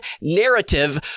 narrative